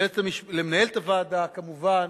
למנהלת הוועדה, כמובן,